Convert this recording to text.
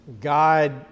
God